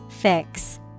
Fix